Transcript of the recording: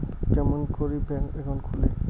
কেমন করি bank account খুলে?